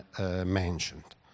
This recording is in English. mentioned